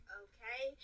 okay